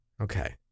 Okay